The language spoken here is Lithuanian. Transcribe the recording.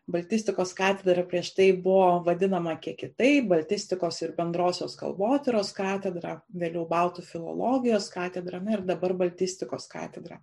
baltistikos katedra prieš tai buvo vadinama kiek kitaip baltistikos ir bendrosios kalbotyros katedra vėliau baltų filologijos katedra na ir dabar baltistikos katedra